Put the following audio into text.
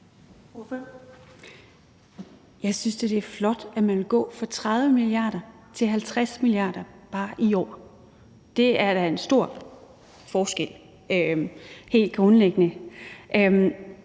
Jeg synes da, det er flot, at man vil gå fra 30 mia. kr. til 50 mia. kr. bare i år. Det er da en stor forskel helt grundlæggende.